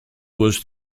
was